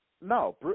no